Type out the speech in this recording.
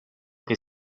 que